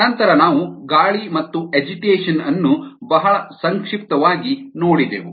ನಂತರ ನಾವು ಗಾಳಿ ಮತ್ತು ಅಜಿಟೇಷನ್ ಅನ್ನು ಬಹಳ ಸಂಕ್ಷಿಪ್ತವಾಗಿ ನೋಡಿದೆವು